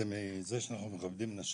לפניי זה מזה שאנחנו מכבדים נשים.